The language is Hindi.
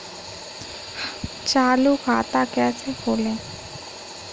चालू खाता कैसे खोलें?